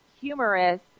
humorous